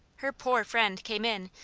her poor friend came in,